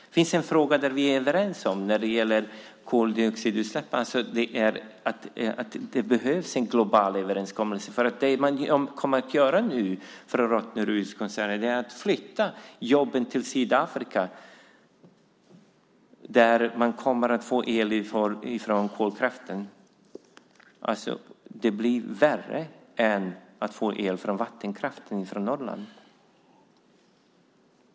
Det finns en fråga där vi är överens, och det är att det behövs en global överenskommelse när det gäller koldioxidutsläpp. Rottneroskoncernen flyttar jobben till Sydafrika, där man får el från kolkraft. Det blir värre för miljön än att få el från vattenkraften i Norrland.